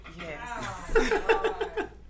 Yes